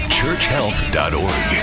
churchhealth.org